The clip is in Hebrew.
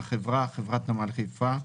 "החברה" חברת נמל חיפה בע"מ,